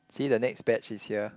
see the next batch is here